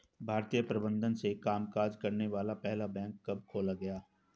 भारतीय प्रबंधन से कामकाज करने वाला पहला बैंक कब खोला गया?